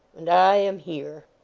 and i am here!